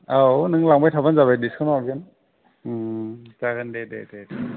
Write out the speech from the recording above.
औ नों लांबाय थाबानो जाबाय डिस्काउन्टआव हरगोन उम जागोनदे दे दे दे